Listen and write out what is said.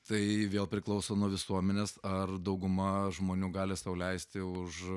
tai vėl priklauso nuo visuomenės ar dauguma žmonių gali sau leisti už